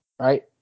right